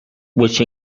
which